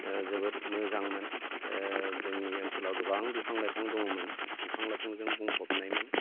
ओ जोबोद मोजांमोन ओ जोंनि ओनसोलाव गोबां बिफां लाइफां दङमोन बिफां लाइफांजों बुंफबनायमोन